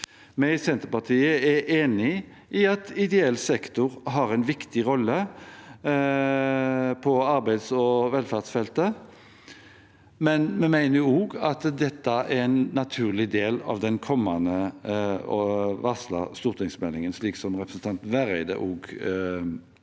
Vi i Senterpartiet er enig i at ideell sektor har en viktig rolle på arbeids- og velferdsfeltet, men vi mener også at dette er en naturlig del av den kommende og varslede stortingsmeldingen, slik som representanten Vereide også